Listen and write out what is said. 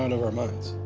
ah over minds?